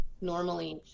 normally